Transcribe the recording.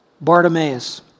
Bartimaeus